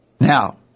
Now